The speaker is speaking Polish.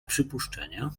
przypuszczenia